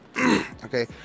Okay